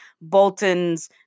Bolton's